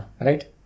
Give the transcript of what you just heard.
Right